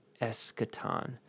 eschaton